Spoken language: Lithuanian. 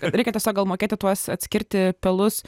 reikia tiesiog gal mokėti tuos atskirti pelus